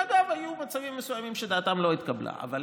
ואגב, היו מצבים מסוימים שדעתם לא התקבלה, אבל